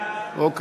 (תיקון מס' 73)